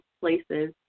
places